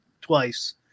twice